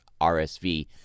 RSV